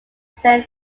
same